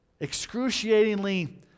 excruciatingly